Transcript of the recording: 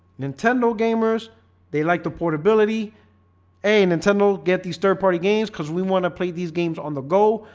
nintendo gamers they like the portability a nintendo get these third-party games cuz we want to play these games on the go.